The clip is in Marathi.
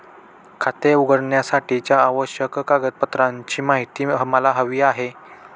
खाते उघडण्यासाठीच्या आवश्यक कागदपत्रांची माहिती मला हवी आहे